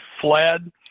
fled